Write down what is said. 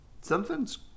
something's